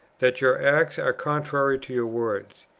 that your acts are contrary to your words.